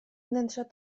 wnętrza